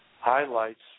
highlights